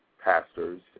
pastors